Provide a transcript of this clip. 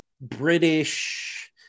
British